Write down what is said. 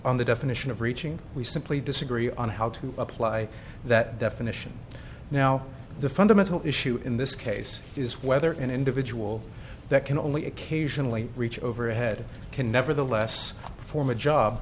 on the definition of reaching we simply disagree on how to apply that definition now the fundamental issue in this case is whether an individual that can only occasionally reach over a head can nevertheless form a job